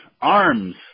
arms